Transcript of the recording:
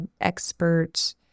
expert